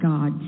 God